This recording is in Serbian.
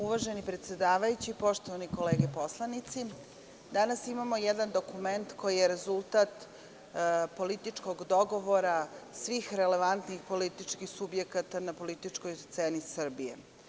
Uvaženi predsedavajući, poštovane kolege poslanici, danas imamo jedan dokument koji je rezultat političkog dogovora svih relevantnih političkih subjekata na političkoj sceni Srbije.